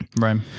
Right